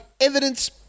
evidence